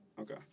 Okay